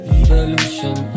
evolution